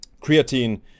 Creatine